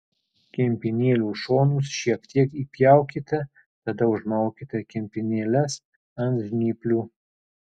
kempinėlių šonus šiek tiek įpjaukite tada užmaukite kempinėles ant žnyplių